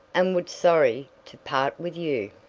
and would sorry to part with you.